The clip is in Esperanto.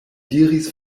diris